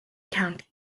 counties